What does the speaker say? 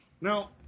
Now